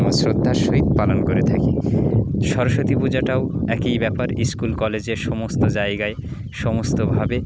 শ্রদ্ধার সহিত পালন করে থাকি সরস্বতী পূজাটাও একই ব্যাপার স্কুল কলেজের সমস্ত জায়গায় সমস্তভাবে